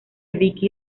vicky